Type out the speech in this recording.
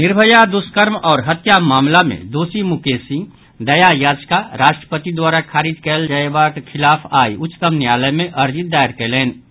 निर्भया दुष्कर्म आओर हत्या मामिला मे दोषी मुकेश सिंह दया याचिका राष्ट्रपति द्वारा खारिज कयल जयबाक खिलाफ आई उच्चतम न्यायालय मे अर्जी दायर कयलनि अछि